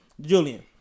Julian